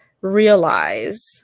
realize